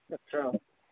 अच्छा